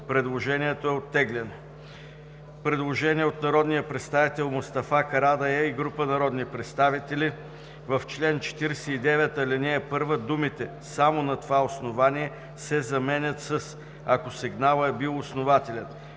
Предложението е оттеглено. Предложение от народния представител Мустафа Карадайъ и група народни представители: „В чл. 49 ал. 1 думите „само на това основание“ се заменят с думите „ако сигналът е бил основателен“.